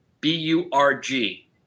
B-U-R-G